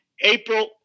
April